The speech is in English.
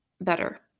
better